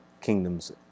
kingdoms